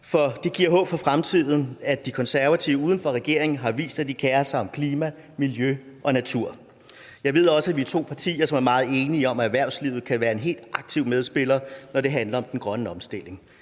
for det giver håb for fremtiden, at De Konservative uden for regeringen har vist, at de kerer sig om klima, miljø og natur. Jeg ved også, at vi er to partier, som er meget enige om, at erhvervslivet kan være en helt aktiv medspiller, når det handler om den grønne omstilling.